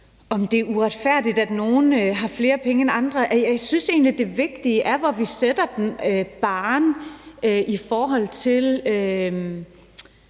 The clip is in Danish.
om det er uretfærdigt, at nogle har flere penge end andre, synes jeg egentlig, at det vigtige er, hvor vi sætter barren, i forhold til